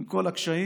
עם כל הקשיים,